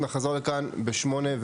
נחזור לכאן ב-20:10.